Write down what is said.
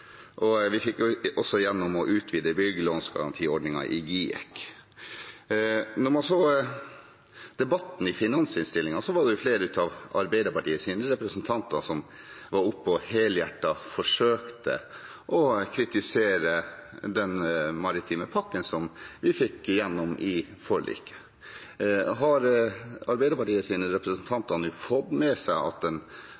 NIS-skip. Vi sikret 150 mill. kr til vrakpantordningen for offshorefartøy, og vi fikk gjennom å utvide byggelånsgarantiordningen i GIEK. Under debatten om finansinnstillingen var det flere av Arbeiderpartiets representanter som var oppe og helhjertet forsøkte å kritisere den maritime pakken vi fikk gjennom i forliket. Har